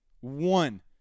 One